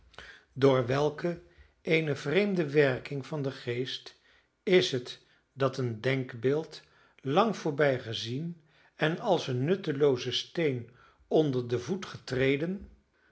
door welke eene vreemde werking van den geest is het dat een denkbeeld lang voorbijgezien en als een nutteloozen steen onder den voet getreden